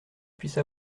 puisse